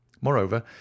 moreover